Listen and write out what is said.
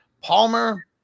Palmer